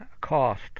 cost